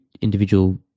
individual